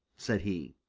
said he.